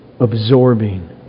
Absorbing